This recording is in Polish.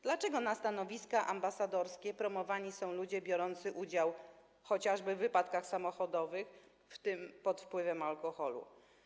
Dlaczego na stanowiska ambasadorskie promowani są ludzie biorący udział chociażby w wypadkach samochodowych, w tym pod wpływem alkoholu?